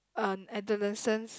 uh adolescence